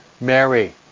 Mary